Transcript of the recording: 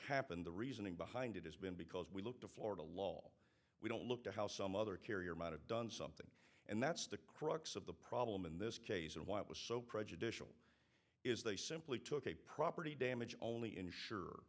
happened the reasoning behind it has been because we look to florida law we don't look at how some other carrier might have done something and that's the crux of the problem in this case and why it was so prejudicial is they simply took a property damage only insure